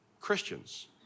Christians